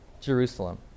Jerusalem